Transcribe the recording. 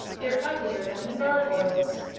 they're uglier than the gargoyles.